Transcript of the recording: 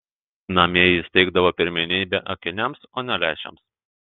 namie jis teikdavo pirmenybę akiniams o ne lęšiams